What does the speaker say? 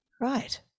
right